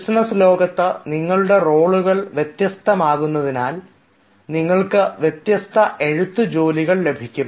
business ലോകത്ത് നിങ്ങളുടെ റോളുകൾ വ്യത്യസ്തമാകുമെന്നതിനാൽ നിങ്ങൾക്ക് വ്യത്യസ്ത എഴുത്ത് ജോലികൾ ലഭിക്കും